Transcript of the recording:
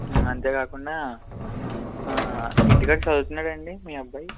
ఉ అంతేకాకుండ ఆ ఇంటికాడ చదువుతున్నాడా అండి మీ అబ్బాయి